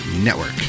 network